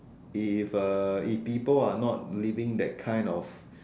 if uh if people are not living that kind of